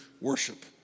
worship